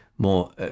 more